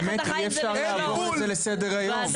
באמת, אי אפשר לעבור על זה לסדר היום.